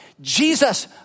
Jesus